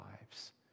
lives